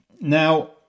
now